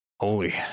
Holy